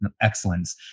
excellence